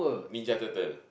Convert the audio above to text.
Ninja Turtle